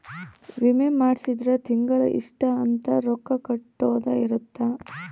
ವಿಮೆ ಮಾಡ್ಸಿದ್ರ ತಿಂಗಳ ಇಷ್ಟ ಅಂತ ರೊಕ್ಕ ಕಟ್ಟೊದ ಇರುತ್ತ